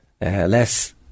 less